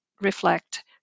reflect